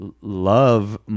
love